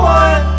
one